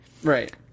Right